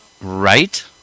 Right